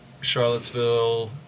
Charlottesville